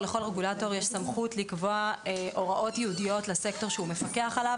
לכל רגולטור יש סמכות לקבוע הוראות ייעודיות לסקטור שהוא מפקח עליו.